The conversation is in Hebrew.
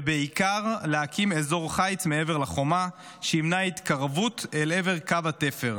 ובעיקר להקים אזור חיץ מעבר לחומה שימנע התקרבות לעבר קו התפר.